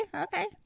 Okay